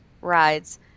rides